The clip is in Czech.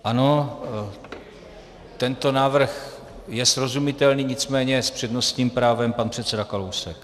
Ano, tento návrh je srozumitelný, nicméně s přednostním právem pan předseda Kalousek.